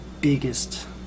biggest